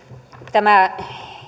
tämä